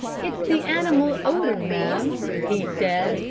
it's the animal odor, ma'am he said,